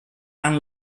and